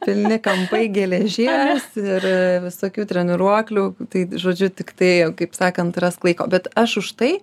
pilni kampai geležies ir visokių treniruoklių tai žodžiu tiktai kaip sakant rask laiko bet aš už tai